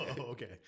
okay